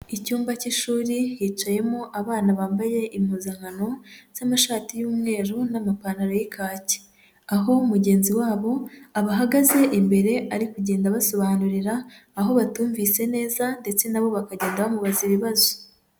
Icyumba cy'ishuri hicayemo abana bambaye impuzankano z'amashati y'umweru n'amapantaro y'ikaki, aho mugenzi wabo abahagaze imbere ari kugenda abasobanurira aho batumvise neza ndetse na bo bakajya bamubaza ibibazo.